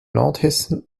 nordhessen